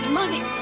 money